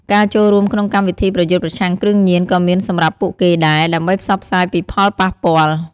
ការចូលរួមក្នុងកម្មវិធីប្រយុទ្ធប្រឆាំងគ្រឿងញៀនក៏មានសម្រាប់ពួកគេដែរ ដើម្បីផ្សព្វផ្សាយពីផលប៉ះពាល់។